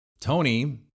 Tony